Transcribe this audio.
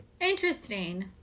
Interesting